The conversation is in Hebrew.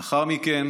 לאחר מכן